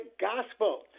gospel